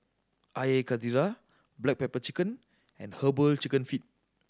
Air Karthira black pepper chicken and Herbal Chicken Feet